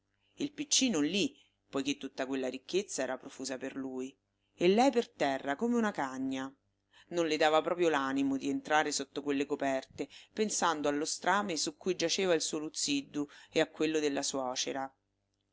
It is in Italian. il piccino lì poiché tutta quella ricchezza era profusa per lui e lei per terra come una cagna non le dava proprio l'animo di entrare sotto quelle coperte pensando allo strame su cui giaceva il suo luzziddu e a quello della suocera